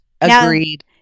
Agreed